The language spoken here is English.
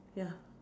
ya